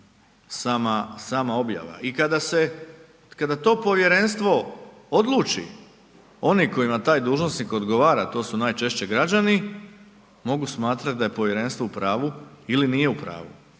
sama objava. I kada to povjerenstvo odluči, onima koji taj dužnosnik odgovara, to su najčešće građani, mogu smatrati da je povjerenstvo u pravu ili nije u pravu